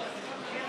פלסטין.